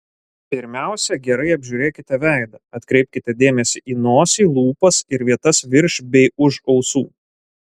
pirmiausia gerai apžiūrėkite veidą atkreipkite dėmesį į nosį lūpas ir vietas virš bei už ausų